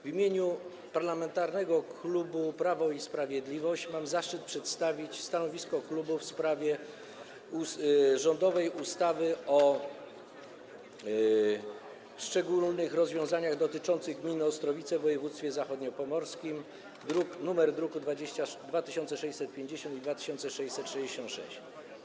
W imieniu Klubu Parlamentarnego Prawo i Sprawiedliwość mam zaszczyt przedstawić stanowisko klubu w sprawie rządowego projektu ustawy o szczególnych rozwiązaniach dotyczących gminy Ostrowice w województwie zachodniopomorskim, druki nr 2650 i 2666.